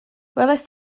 welaist